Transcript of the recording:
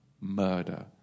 murder